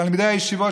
את תלמידי הישיבות,